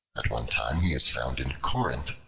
at one time he is found in corinth,